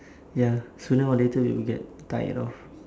ya sooner or later we would get tired of